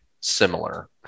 similar